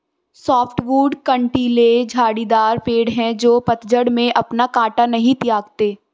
softwood कँटीले झाड़ीदार पेड़ हैं जो पतझड़ में अपना काँटा नहीं त्यागते